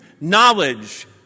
knowledge